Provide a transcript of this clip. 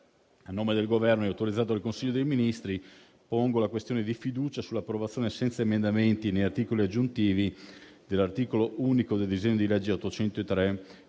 a nome del Governo, autorizzato dal Consiglio dei ministri, pongo la questione di fiducia sull'approvazione, senza emendamenti né articoli aggiuntivi, dell'articolo unico del disegno di legge n.